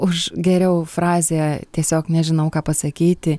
už geriau frazė tiesiog nežinau ką pasakyti